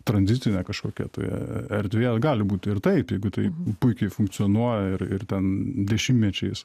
tranzitinė kažkokia tai erdvė gali būti ir taip jeigu tai puikiai funkcionuoja ir ir ten dešimtmečiais